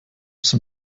sind